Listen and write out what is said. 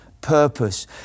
purpose